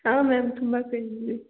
ಹಾಂ ಮ್ಯಾಮ್ ತುಂಬ ಪೇಯ್ನ್ ಇದೆ